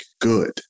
good